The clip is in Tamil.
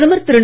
பிரதமர் திரு